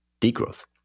degrowth